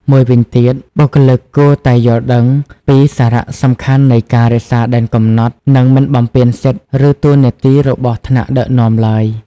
មួយវិញទៀត បុគ្គលិកគួរតែយល់ដឹងពីសារៈសំខាន់នៃការរក្សាដែនកំណត់ និងមិនបំពានសិទ្ធិ ឬតួនាទីរបស់ថ្នាក់ដឹកនាំឡើយ។